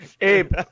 Abe